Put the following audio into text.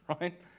right